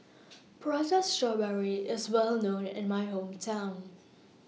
Prata Strawberry IS Well known in My Hometown